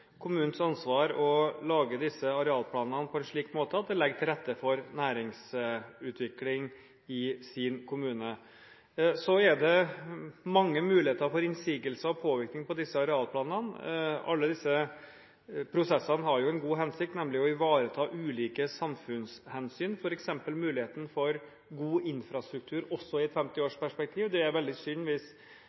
kommunens ansvar å lage disse arealplanene på en slik måte at det legger til rette for næringsutvikling i egen kommune. Så er det mange muligheter for innsigelser og påvirkning på disse arealplanene. Alle disse prosessene har jo en god hensikt: nemlig å ivareta ulike samfunnshensyn, f.eks. muligheten for god infrastruktur også i et femtiårsperspektiv. Det er veldig synd